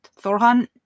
Thorhan